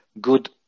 good